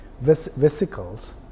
vesicles